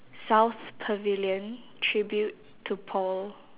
south pavilion tribute to paul